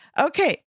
Okay